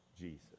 Jesus